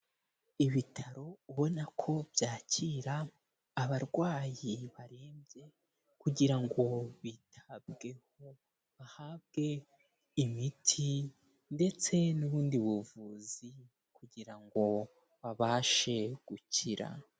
Ibitaro ubona ko byakira abarwayi barembye kugira ngo bitabweho bahabwe imiti ndetse n'ubundi buvuzi kugira ngo babashe gukira.